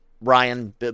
Ryan